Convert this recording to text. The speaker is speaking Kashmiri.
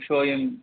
تُہۍ چھُوا یِم